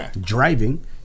driving